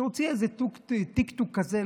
שהוציאה איזה טיקטוק כזה,